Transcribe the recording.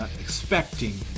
expecting